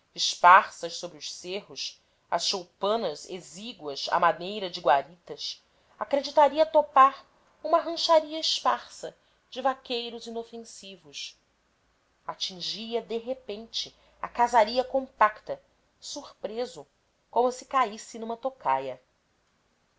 esparsas sobre os cerros as choupanas exíguas à maneira de guaritas acreditaria topar uma rancharia esparsa de vaqueiros inofensivos atingia de repente a casaria compacta surpreso como se caísse numa tocaia